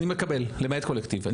אני מקבל, למעט קולקטיב.